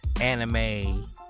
anime